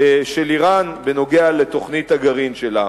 של אירן בנוגע לתוכנית הגרעין שלה.